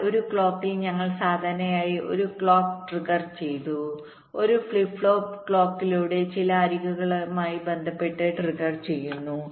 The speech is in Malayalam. എന്നാൽ ഒരു ക്ലോക്കിൽ ഞങ്ങൾ സാധാരണയായി ഒരു ക്ലോക്ക് ട്രിഗർചെയ്തു ഒരു ഫ്ലിപ്പ് ഫ്ലോപ്പ് ക്ലോക്കിലൂടെ ചില അരികുകളുമായി ബന്ധപ്പെട്ട് ട്രിഗർ ചെയ്യുന്നു